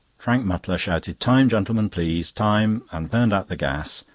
frank mutlar shouted time, gentlemen, please! time! and turned out the gas,